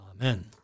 Amen